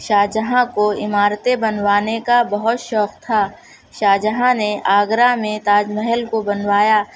شاہجہاں کو عمارتیں بنوانے کا بہت شوق تھا شاہجہاں نے آگرہ میں تاج محل کو بنوایا